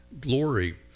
Glory